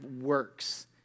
works